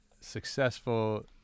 successful